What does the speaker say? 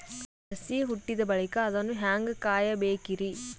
ಸಸಿ ಹುಟ್ಟಿದ ಬಳಿಕ ಅದನ್ನು ಹೇಂಗ ಕಾಯಬೇಕಿರಿ?